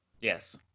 yes